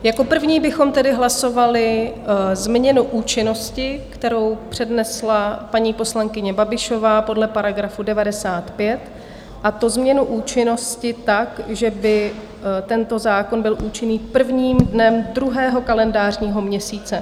Jako první bychom tedy hlasovali změnu účinnosti, kterou přednesla paní poslankyně Babišová podle § 95, a to změnu účinnosti tak, že by tento zákon byl účinný prvním dnem druhého kalendářního měsíce.